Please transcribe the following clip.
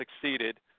succeeded